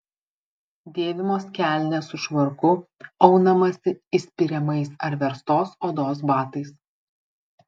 dėvimos kelnės su švarku aunamasi įspiriamais ar verstos odos batais